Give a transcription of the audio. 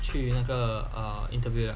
去那个 err interview liao